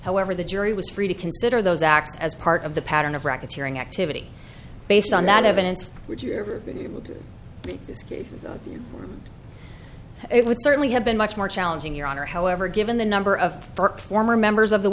however the jury was free to consider those acts as part of the pattern of racketeering activity based on that evidence would you ever be able to beat this case it would certainly have been much more challenging your honor however given the number of former members of the